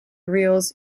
reels